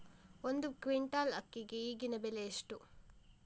ಒಂದು ಕ್ವಿಂಟಾಲ್ ಅಕ್ಕಿಗೆ ಈಗಿನ ಬೆಲೆ ಎಷ್ಟು?